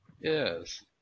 Yes